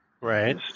Right